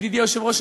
ידידי היושב-ראש,